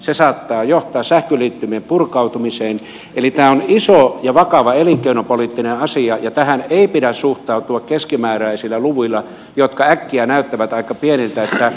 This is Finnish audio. se saattaa johtaa sähköliittymien purkautumiseen eli tämä on iso ja vakava elinkeinopoliittinen asia ja tähän ei pidä suhtautua keskimääräisillä luvuilla jotka äkkiä näyttävät aika pieniltä